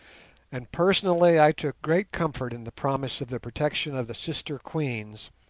and personally i took great comfort in the promise of the protection of the sister queens,